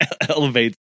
elevates